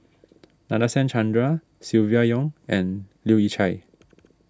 Nadasen Chandra Silvia Yong and Leu Yew Chye